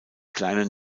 kleinen